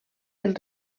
del